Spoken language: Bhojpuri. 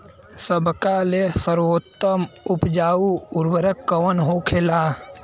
सबका ले सर्वोत्तम उपजाऊ उर्वरक कवन होखेला?